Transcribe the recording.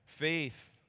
Faith